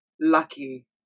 lucky